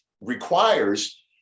requires